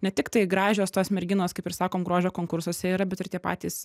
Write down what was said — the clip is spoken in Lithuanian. ne tiktai gražios tos merginos kaip ir sakom grožio konkursuose yra bet ir tie patys